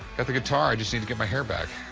got the guitar. i just need to get my hair back.